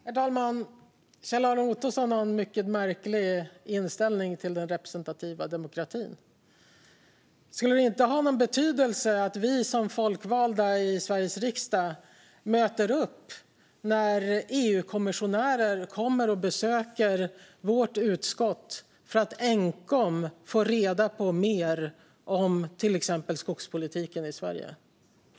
Herr talman! Kjell-Arne Ottosson har en mycket märklig inställning till den representativa demokratin. Skulle det inte ha någon betydelse att vi som folkvalda i Sveriges riksdag möter upp när EU-kommissionärer besöker vårt utskott för att få reda på mer om exempelvis skogspolitiken i Sverige?